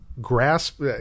grasp